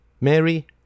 Mary